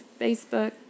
Facebook